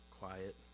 quiet